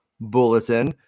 Bulletin